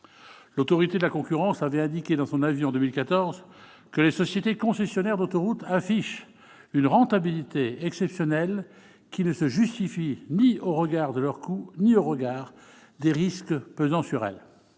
L'Autorité de la concurrence a indiqué dans son avis de 2014 que les sociétés concessionnaires d'autoroutes affichaient une rentabilité exceptionnelle qui ne se justifiait ni au regard de leurs coûts ni au regard des risques pesant sur elles.